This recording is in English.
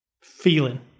feeling